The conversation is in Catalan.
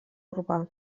urbà